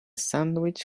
sandwich